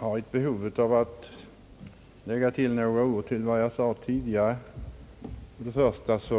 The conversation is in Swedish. Herr talman! Jag har ett behov av att anföra ett par ord utöver vad jag tidigare sade. Först och främst